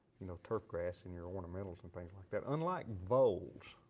you know, turf grass and your ornamentals and things like that unlike voles.